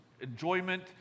enjoyment